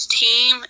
team